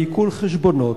בעיקול חשבונות.